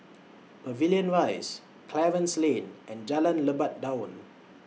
Pavilion Rise Clarence Lane and Jalan Lebat Daun